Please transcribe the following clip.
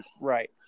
Right